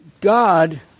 God